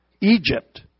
Egypt